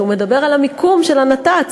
שמדבר על המיקום של הנת"צ.